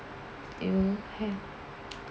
you have